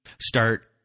start